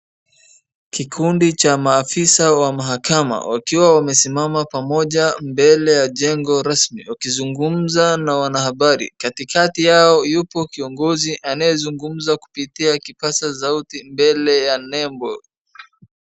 Kikundi cha maafisa wa mahakama wakiwa wamesimama pamoja mbele ya jengo rasmi, wakizungumza na wanahabari. Katikati yao yupo kiongozi anayezungumza kupitia kipaza sauti mbele ya nembo.